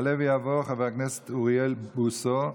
יעלה ויבוא חבר הכנסת אוריאל בוסו,